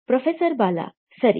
professor Bala ಸರಿ